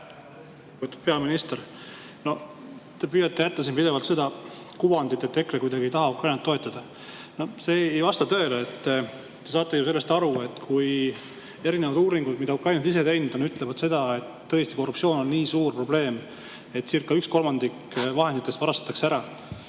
peaminister! Te püüate siin pidevalt tekitada kuvandit, et EKRE kuidagi ei taha Ukrainat toetada. See ei vasta tõele. Te saate ju sellest aru, et kui erinevad uuringud, mida ukrainlased ise on teinud, ütlevad, et tõesti korruptsioon on nii suur probleem, etcircaüks kolmandik vahenditest varastatakse ära,